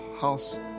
house